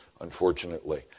unfortunately